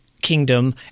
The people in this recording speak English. kingdom